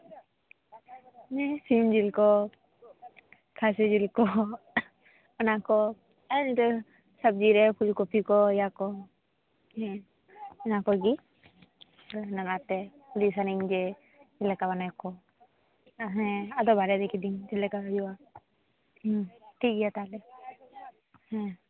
ᱦᱮᱸ ᱥᱤᱢ ᱡᱤᱞ ᱠᱚ ᱠᱷᱟᱹᱥᱤ ᱡᱤᱞ ᱠᱚ ᱚᱱᱟ ᱠᱚ ᱟᱨ ᱥᱚᱵᱽᱡᱤ ᱨᱮ ᱯᱷᱩᱞᱠᱚᱯᱤ ᱠᱚ ᱚᱱᱟ ᱠᱚ ᱦᱩᱸ ᱡᱚᱛᱚᱜᱮ ᱚᱱᱟᱛᱮ ᱠᱩᱞᱤ ᱥᱟᱱᱟᱧᱟ ᱡᱮ ᱪᱮᱫᱞᱮᱠᱟ ᱵᱮᱱᱟᱣᱟᱠᱚ ᱦᱮᱸ ᱟᱫᱚ ᱵᱟᱲᱟᱭ ᱠᱤᱫᱟᱹᱧ ᱪᱮᱫᱞᱮᱠᱟ ᱦᱩᱭᱩᱜᱼᱟ ᱦᱩᱸ ᱴᱷᱤᱠᱜᱮᱭᱟ ᱛᱟᱦᱞᱮ ᱦᱮᱸ